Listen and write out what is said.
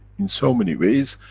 in so many ways,